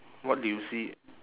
what do you see